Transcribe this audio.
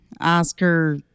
Oscar